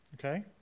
Okay